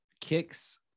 kicks